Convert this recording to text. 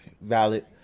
valid